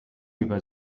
über